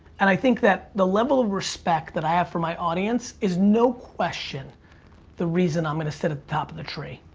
and i think that the level of respect that i have for my audience is no question the reason i'm gonna sit at the top of the tree